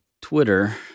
Twitter